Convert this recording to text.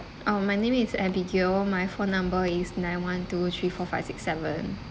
um my name is abigail my phone number is nine one two three four five six seven